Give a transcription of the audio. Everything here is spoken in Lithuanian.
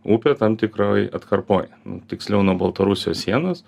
upę tam tikroj atkarpoj nu tiksliau nuo baltarusijos sienos